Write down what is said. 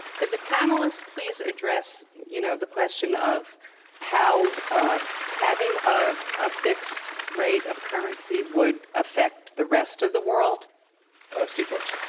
could the panelists please address you know the question of how ah having a ah fixed rate of currency would affect the rest of the world steve forbes.